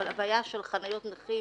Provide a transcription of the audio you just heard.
אבל הבעיה של חניות נכים